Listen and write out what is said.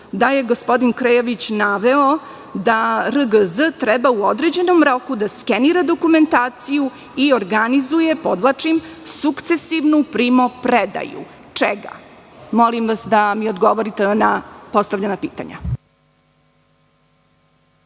da je gospodin Krejović naveo da RGZ treba u određenom roku da skenira dokumentaciju i organizuje sukcesivnu primopredaju. Čega? Molim vas da mi odgovorite na postavljena pitanja.